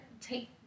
take